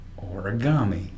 Origami